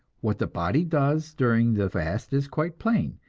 what the body does during the fast is quite plain,